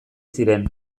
ziren